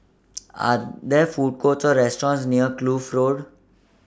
Are There Food Courts Or restaurants near Kloof Road